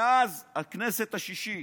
מאז הכנסת השישית